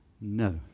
No